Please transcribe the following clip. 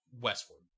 westward